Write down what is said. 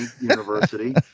university